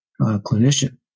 clinician